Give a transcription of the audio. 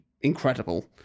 incredible